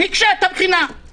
הקשה את הבחינה.